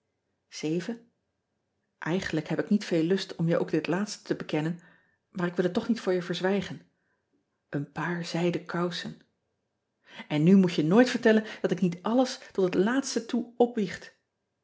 igenlijk heb ik niet veel lust om je ook dit laatste te bekennen maar ik wil het toch niet voor je verzwijgen en paar zijden kousen n nu moet je nooit vertellen dat ik niet alles tot het laatste toe opbiecht